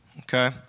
Okay